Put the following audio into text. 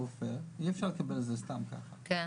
אי אפשר לקבל את זה סתם ככה,